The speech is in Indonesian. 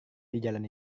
dijalan